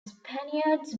spaniards